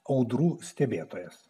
audrų stebėtojas